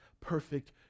perfect